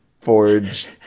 forge